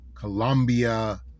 Colombia